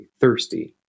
thirsty